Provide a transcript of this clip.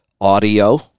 audio